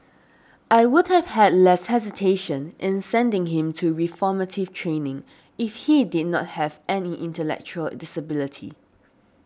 I would have had less hesitation in sending him to reformative training if he did not have any intellectual disability